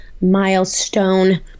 milestone